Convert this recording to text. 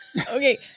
Okay